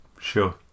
sure